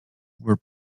were